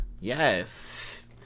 yes